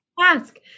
Ask